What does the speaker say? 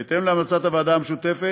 בהתאם להמלצתה של הוועדה משותפת,